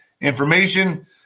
information